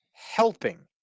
helping